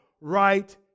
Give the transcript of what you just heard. Right